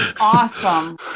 Awesome